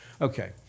Okay